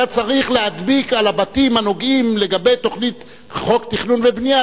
ואתה צריך להדביק על הבתים הנוגעים לגבי תוכנית חוק תכנון ובנייה,